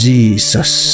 Jesus